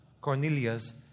Cornelius